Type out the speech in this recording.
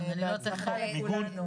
מיגון זה כבר עניין אחר.